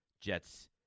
Jets